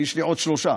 יש לי עוד שלוש.